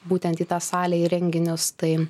būtent į tą salę į renginius tai